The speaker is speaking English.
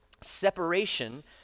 separation